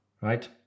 right